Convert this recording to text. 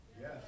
Yes